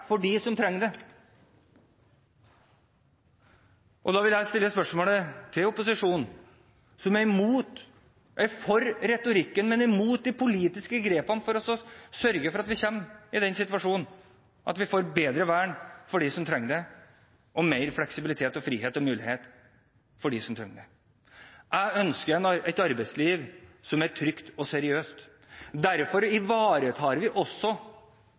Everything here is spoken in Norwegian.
for dem som trenger det. Opposisjonen er for retorikken, men er imot de politiske grepene for å sørge for at vi kommer i den situasjon at vi får bedre vern for dem som trenger det, og mer fleksibilitet, frihet og muligheter for dem som trenger det. Jeg ønsker et arbeidsliv som er trygt og seriøst. Derfor ivaretar vi også